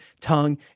tongue